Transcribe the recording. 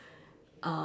um